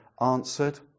answered